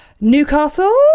Newcastle